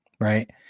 right